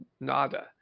Nada